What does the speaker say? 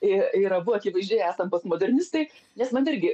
ir ir abu akivaizdžiai esam postmodernistai nes man irgi